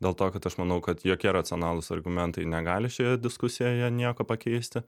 dėl to kad aš manau kad jokie racionalūs argumentai negali šioje diskusijoje nieko pakeisti